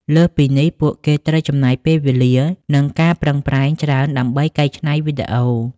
លើសពីនេះ ពួកគេត្រូវចំណាយពេលវេលានិងការប្រឹងប្រែងច្រើនដើម្បីកែច្នៃវីដេអូ។